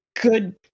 good